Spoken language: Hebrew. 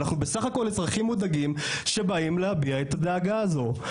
אנחנו בסך הכל אזרחים מודאגים שבאים להביע את הדאגה הזו.